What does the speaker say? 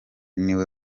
niwe